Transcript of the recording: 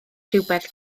rhywbeth